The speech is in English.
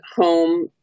home